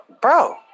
Bro